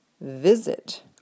visit